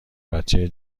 بچه